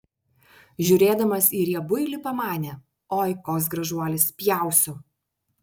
žiūrėdamas į riebuilį pamanė oi koks gražuolis pjausiu